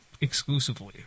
exclusively